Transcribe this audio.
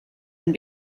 and